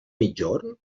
migjorn